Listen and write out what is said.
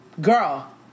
girl